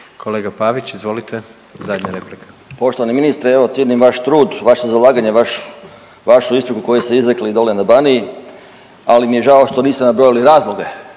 **Pavić, Željko (Socijaldemokrati)** Poštovani ministre, evo cijenim vaš trud, vaše zalaganje, vašu, vašu ispriku koju ste izrekli dole na Baniji, ali mi je žao što niste nabrojali razloge